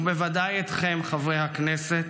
ובוודאי אתכם חברי הכנסת,